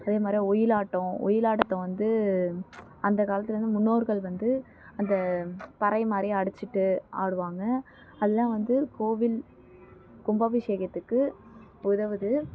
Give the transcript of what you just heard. அதே மாதிரி ஒயிலாட்டம் ஒயிலாட்டத்தை வந்து அந்த காலத்திலேருந்து முன்னோர்கள் வந்து அந்த பறை மாதிரி அடிச்சுட்டு ஆடுவாங்க அது தான் வந்து கோவில் கும்பாபிஷேகத்துக்கு உதவுது